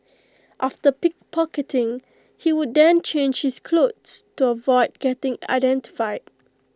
after pickpocketing he would then change his clothes to avoid getting identified